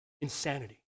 Insanity